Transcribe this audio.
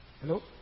Hello